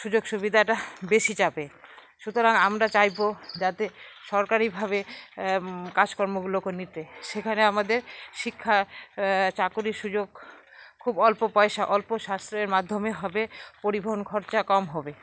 সুযোগ সুবিধাটা বেশি চাপের সুতরাং আমরা চাইব যাতে সরকারিভাবে কাজকর্মগুলোকে নিতে সেখানে আমাদের শিক্ষা চাকুরির সুযোগ খুব অল্প পয়সা অল্প সাশ্রয়ের মাধ্যমে হবে পরিবহন খরচা কম হবে